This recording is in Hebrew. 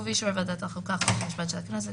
ובאישור ועדת החוקה חוק ומשפט של הכנסת"